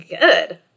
good